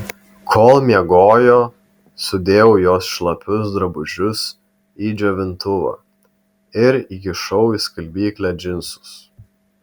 kol miegojo sudėjau jos šlapius drabužius į džiovintuvą ir įkišau į skalbyklę džinsus